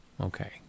Okay